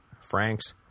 Franks